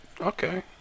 Okay